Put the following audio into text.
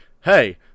hey